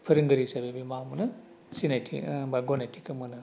फोरोंगिरि हिसाबै बे मा मोनो सिनायथि बा गनायथिखौ मोनो